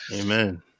amen